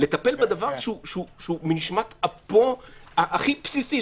לטפל בדבר שהוא מנשמת אפו הכי בסיסי,